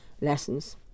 lessons